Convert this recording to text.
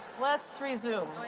let's resume.